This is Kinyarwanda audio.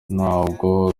ntabwo